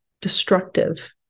destructive